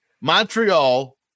Montreal